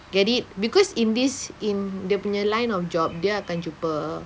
get it because in this in dia punya line of job dia akan jumpa